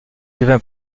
devint